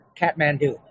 Kathmandu